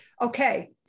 Okay